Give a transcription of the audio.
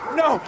no